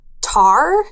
tar